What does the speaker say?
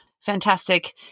fantastic